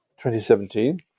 2017